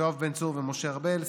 יואב בן צור ומשה ארבל,